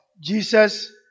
Jesus